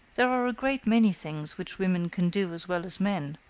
there are a great many things which women can do as well as men,